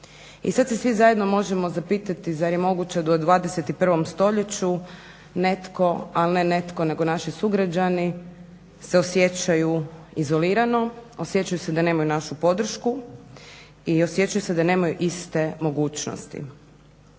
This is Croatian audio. I sad se svi zajedno možemo zapitati zar je moguće da u 21. stoljeću netko, ali ne netko nego naši sugrađani se osjećaju izolirano, osjećaju se da nemaju našu podršku i osjećaju se da nemaju iste mogućnosti.